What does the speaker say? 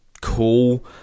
cool